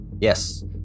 Yes